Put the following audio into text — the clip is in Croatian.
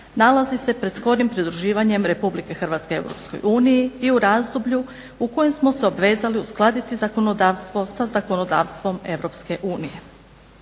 nalazi se pred skorim pridruživanje RH EU i u razdoblju u kojem smo se obvezali uskladiti zakonodavstvo sa za zakonodavstvom EU.